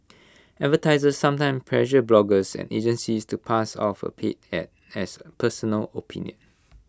advertisers sometimes pressure bloggers and agencies to pass off A paid Ad as personal opinion